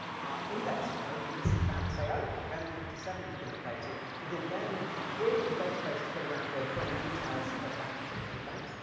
indexing code will listen to that, will say oh, event fifty seven has been updated. it'll then query the database to figure out the current details of that particular event.